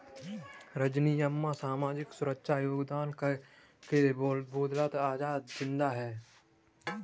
रजनी अम्मा सामाजिक सुरक्षा योगदान कर के बदौलत आज जिंदा है